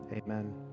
amen